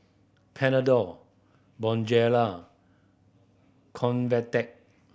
Panadol Bonjela Convatec